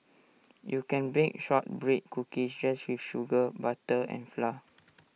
you can bake Shortbread Cookies just with sugar butter and flour